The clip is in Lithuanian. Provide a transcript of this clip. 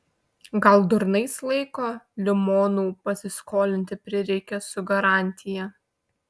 gal durnais laiko limonų pasiskolinti prireikė su garantija